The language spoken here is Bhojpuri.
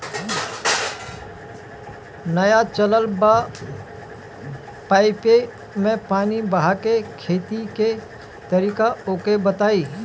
नया चलल बा पाईपे मै पानी बहाके खेती के तरीका ओके बताई?